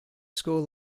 school